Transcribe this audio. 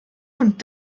und